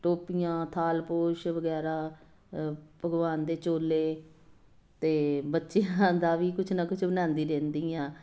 ਟੋਪੀਆਂ ਥਾਲਪੋਸ਼ ਵਗੈਰਾ ਭਗਵਾਨ ਦੇ ਚੋਲੇ ਅਤੇ ਬੱਚਿਆਂ ਦਾ ਵੀ ਕੁਛ ਨਾ ਕੁਛ ਬਣਾਉਂਦੀ ਰਹਿੰਦੀ ਹਾਂ